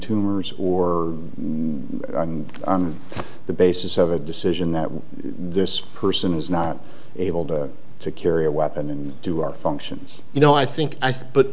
tumors or on the basis of a decision that this person is not able to carry a weapon and do our functions you know i think i